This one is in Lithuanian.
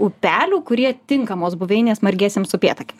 upelių kurie tinkamos buveinės margiesiems upėtakiam